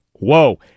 Whoa